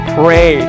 pray